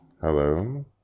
Hello